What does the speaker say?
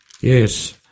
Yes